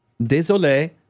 Désolé